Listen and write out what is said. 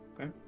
Okay